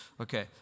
Okay